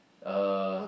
uh